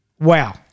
wow